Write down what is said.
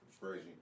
crazy